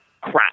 crap